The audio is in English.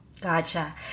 gotcha